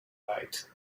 night